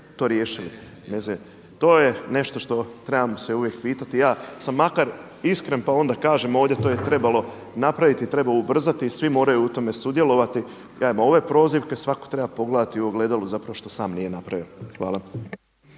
To je nešto što trebamo se uvijek pitati. Ja sam makar iskren pa onda kažem ovdje to je trebalo napraviti, treba ubrzati i svi moraju u tome sudjelovati. Ove prozivke svako treba pogledati u ogledalu zapravo što sam nije napravio. Hvala.